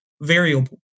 variable